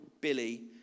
Billy